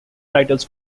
titles